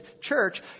church